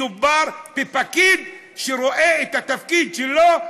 מדובר בפקיד שרואה את התפקיד שלו,